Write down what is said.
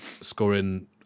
scoring